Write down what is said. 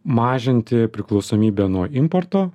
mažinti priklausomybę nuo importo